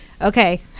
okay